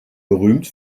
berühmt